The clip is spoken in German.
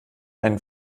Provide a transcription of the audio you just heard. einen